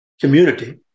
community